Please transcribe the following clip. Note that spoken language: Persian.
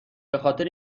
خاطر